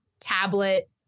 tablet